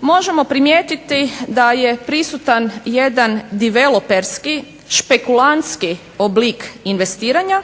možemo primijetiti da je prisutan jedan diveloperski špekulantski oblik investiranja